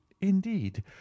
indeed